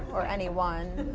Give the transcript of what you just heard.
or anyone.